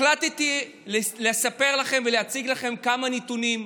החלטתי להציג לכם כמה נתונים.